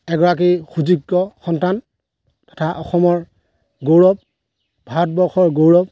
এগৰাকী সুযোগ্য সন্তান তথা অসমৰ গৌৰৱ ভাৰতবৰ্ষৰ গৌৰৱ